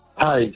Hi